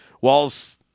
Walls